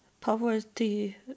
poverty